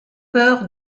peur